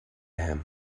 him